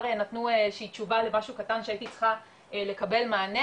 נתנו איזה שהיא תשובה למשהו קטן שהייתי צריכה לקבל מענה,